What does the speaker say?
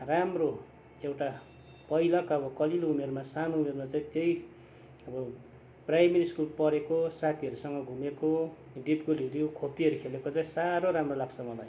राम्रो एउटा पहिला त कलिलो उमेरमा सानो उमेरमा चाहिँ त्यही अब प्राइमेरी पढेको साथीहरूसँग घुमेको डिप गोलीहरू खोप्पीहरू खेलेको चाहिँ साह्रो राम्रो लाग्छ मलाई